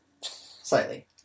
Slightly